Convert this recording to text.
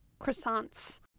croissants